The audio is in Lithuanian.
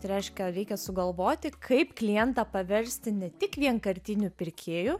tai reiškia reikia sugalvoti kaip klientą paversti ne tik vienkartiniu pirkėju